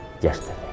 yesterday